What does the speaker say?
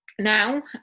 now